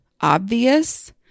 obvious